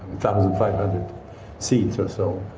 thousand five hundred seats or so.